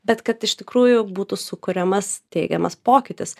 bet kad iš tikrųjų būtų sukuriamas teigiamas pokytis